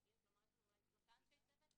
אני שמה את זה בסימן שאלה,